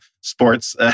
sports